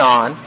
on